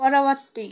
ପରବର୍ତ୍ତୀ